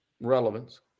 relevance